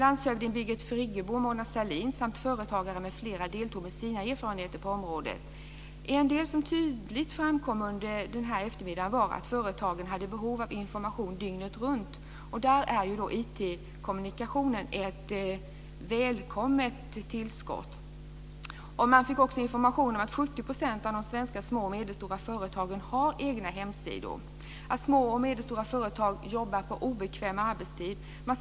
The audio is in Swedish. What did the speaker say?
Landshövding Birgit Friggebo och Mona Sahlin samt företagare m.fl. deltog med sina erfarenheter på området. En sak som tydligt framkom under denna eftermiddag var att företagen hade behov av information dygnet runt. I fråga om detta är ju IT kommunikationen ett välkommet tillskott. Man fick också information om att 70 % av de svenska små och medelstora företagen har egna hemsidor. De som jobbar i små och medelstora företag jobbar på obekväma arbetstider.